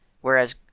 whereas